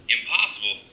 Impossible